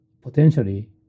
potentially